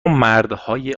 مردهای